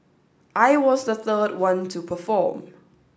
I was the third one to perform